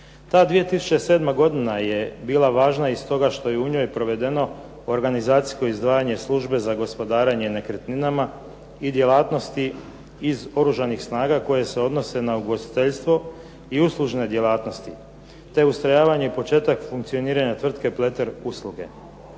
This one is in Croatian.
Ta 2007. godina je bila važna i stoga što je u njoj provedeno organizacijsko izdvajanje službe za gospodarenje nekretninama i djelatnosti iz oružanih snaga koje se odnose na ugostiteljstvo i uslužne djelatnosti te ustrojavanje i početak funkcioniranja tvrtke …/Govornik se